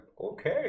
okay